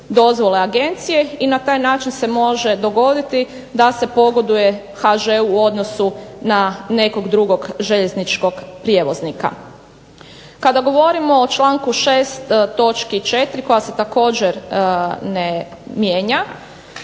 dozvole agencije i na taj način se može dogoditi da se pogoduje HŽ-u u odnosu na nekog drugog željezničkog prijevoznika. Kada govorimo o članku 6. točki 4. koja se također ne mijenja,